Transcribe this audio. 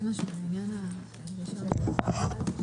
הישיבה ננעלה בשעה 17:05.